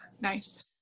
Nice